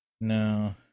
No